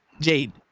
Jade